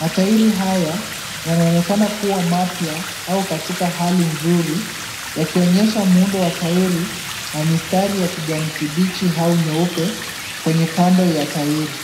Matairi haya yanaonekana kuwa mapya au katika hali nzuri yakionyesha muundo wa tairi ya mistari ya kijani kibichi au nyeupe kwenye kando ya tairi.